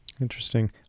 Interesting